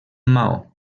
maó